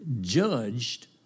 judged